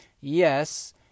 Yes